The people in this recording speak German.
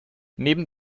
neben